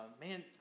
man